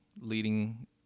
leading